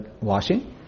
washing